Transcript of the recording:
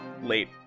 late-